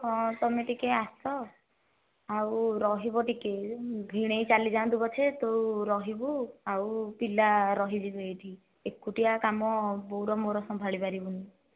ହଁ ତୁମେ ଟିକିଏ ଆସ ଆଉ ରହିବ ଟିକିଏ ଭିଣେଇ ଚାଲି ଯାଆନ୍ତୁ ପଛେ ତୁ ରହିବୁ ଆଉ ପିଲା ରହିଯିବେ ଏଇଠି ଏକୁଟିଆ କାମ ବୋଉର ମୋର ସମ୍ଭାଳି ପାରିବୁନି